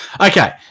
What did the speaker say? Okay